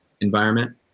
environment